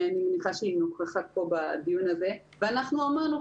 ואנחנו אמרנו,